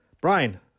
Brian